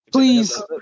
Please